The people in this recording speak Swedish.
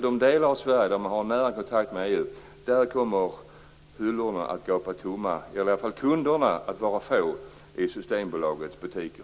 de delar av Sverige där man har nära kontakt med EU kommer kunderna att vara få i Systembolagets butiker.